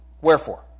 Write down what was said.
Wherefore